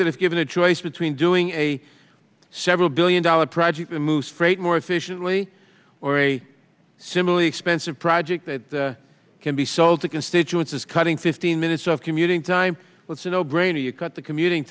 that if given a choice between doing a several billion dollar project moves freight more efficiently or a similarly expensive project that can be sold to constituents is cutting fifteen minutes of commuting time that's a no brainer you cut the commuting